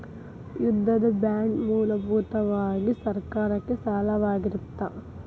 ಯುದ್ಧದ ಬಾಂಡ್ ಮೂಲಭೂತವಾಗಿ ಸರ್ಕಾರಕ್ಕೆ ಸಾಲವಾಗಿರತ್ತ